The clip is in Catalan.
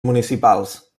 municipals